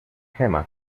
gemma